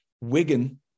Wigan